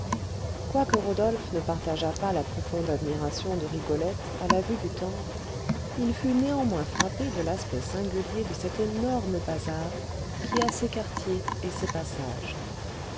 quoique rodolphe ne partageât pas la profonde admiration de rigolette à la vue du temple il fut néanmoins frappé de l'aspect singulier de cet énorme bazar qui a ses quartiers et ses passages